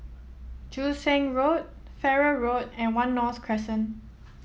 Joo Seng Road Farrer Road and One North Crescent